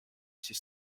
siis